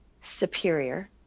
superior